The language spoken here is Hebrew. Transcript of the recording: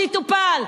שיטופל,